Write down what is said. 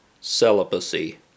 celibacy